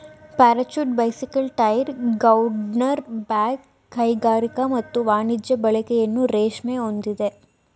parachute bicycle tyre gunpowder bag ಕೈಗಾರಿಕಾ ಮತ್ತು ವಾಣಿಜ್ಯ ಬಳಕೆಯನ್ನು ರೇಷ್ಮೆ ಹೊಂದಿದೆ